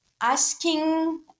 asking